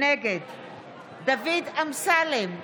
נגד דוד אמסלם,